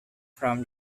from